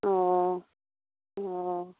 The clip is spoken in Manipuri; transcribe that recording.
ꯑꯣ ꯑꯣ